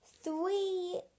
three